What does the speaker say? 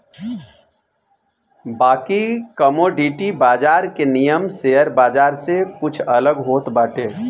बाकी कमोडिटी बाजार के नियम शेयर बाजार से कुछ अलग होत बाटे